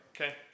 Okay